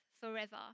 forever